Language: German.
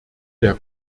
der